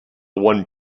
one